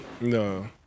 No